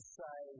say